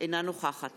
אינה נוכחת